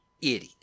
idiot